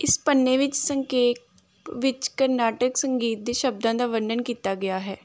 ਇਸ ਪੰਨੇ ਵਿੱਚ ਸੰਖੇਪ ਵਿੱਚ ਕਰਨਾਟਕ ਸੰਗੀਤ ਦੇ ਸ਼ਬਦਾਂ ਦਾ ਵਰਣਨ ਕੀਤਾ ਗਿਆ ਹੈ